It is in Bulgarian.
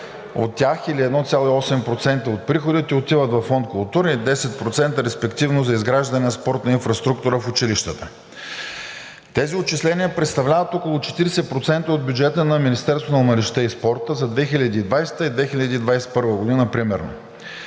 от тях, или 1,8% от приходите, отиват във фонд „Култура“ и 10% за изграждане на спортна инфраструктура в училищата. Тези отчисления представляват около 40% от бюджета на Министерството на младежта и спорта за 2020-а и 2021 г., примерно.